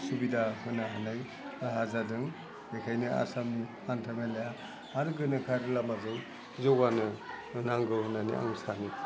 सुबिदा होनो हानाय राहा जादों बेखायनो आसामनि हान्था मेलाया आरो गोनोखोआरि लामाजों जौगानो नांगौ होन्नानै आं सानो